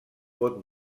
pot